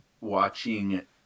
watching